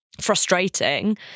frustrating